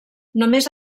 només